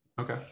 okay